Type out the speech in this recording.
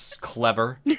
clever